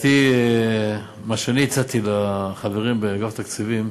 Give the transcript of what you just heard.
לדעתי, מה שאני הצעתי לחברים באגף התקציבים,